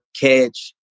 catch